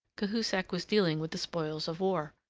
cahusac was dealing with the spoils of war.